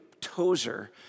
Tozer